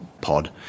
pod